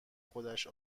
خودش